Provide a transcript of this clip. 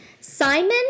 Simon